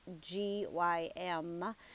G-Y-M